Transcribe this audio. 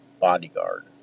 bodyguard